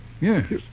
Yes